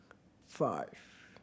five